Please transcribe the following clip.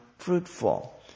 fruitful